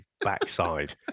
backside